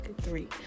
three